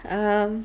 um